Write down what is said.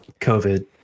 COVID